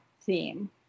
theme